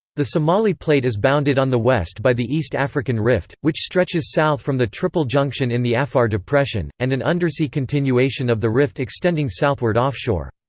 the somali plate is bounded on the west by the east african rift, which stretches south from the triple junction in the afar depression, and an undersea continuation of the rift extending southward offshore.